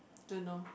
don't know